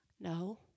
No